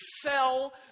sell